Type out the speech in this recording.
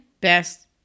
best